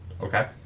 Okay